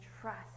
trust